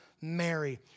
Mary